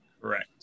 Correct